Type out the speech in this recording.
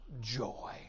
joy